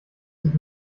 sich